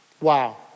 wow